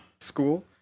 school